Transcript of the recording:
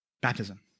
Baptism